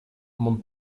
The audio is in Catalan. mon